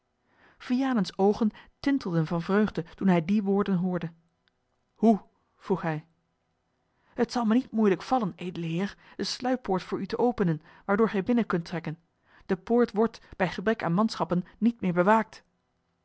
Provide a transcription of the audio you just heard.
vianens oogen tintelden van vreugde toen hij die woorden hoorde hoe vroeg hij het zal mij niet moeilijk vallen edele heer de sluippoort voor u te openen waardoor gij binnen kunt trekken de poort wordt bij gebrek aan manschappen niet meer bewaakt